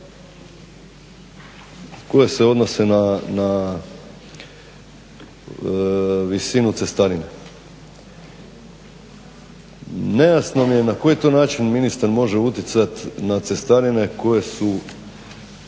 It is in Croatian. koje se odnose na visinu cestarina. Nejasno mi je na koji to način ministar može utjecati na cestarine koje su